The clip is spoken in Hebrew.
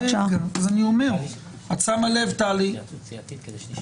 כדי לא לשבת בכלא,